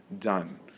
done